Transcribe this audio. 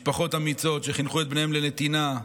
משפחות אמיצות שחינכו את בניהן לנתינה,